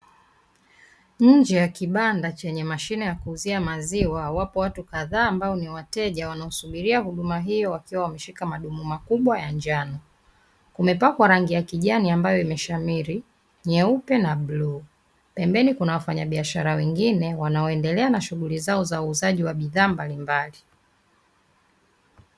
Nje ya kibanda chenye mashine ya kuuzia maziwa wapo watu kadhaa ambao ni wateja wanaosubiria huduma hiyo wakiwa wameshika madumu makubwa ya njano, kumepakwa rangi ya kijani ambayo imeshamiri nyeupe na bluu, pembeni kuna wafanyabiashara wengine wanaoendelea na shughuli zao za uuzaji wa bidhaa mbalimbali.